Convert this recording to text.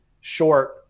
short